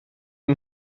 yng